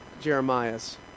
Jeremiah's